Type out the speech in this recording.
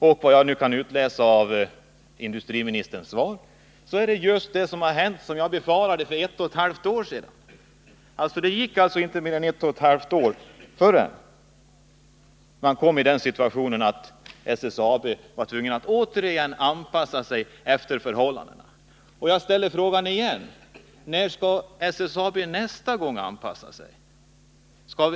Av vad jag kan läsa av industriministerns svar har nu det hänt som jag befarade för ett och ett halvt år sedan. Det gick alltså inte mer än ett och ett halvt år förrän man kom i den situationen att SSAB återigen var tvungen att anpassa sig efter förhållandena. Jag ställer frågan igen: När skall SSAB nästa gång anpassa sig?